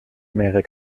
mehrere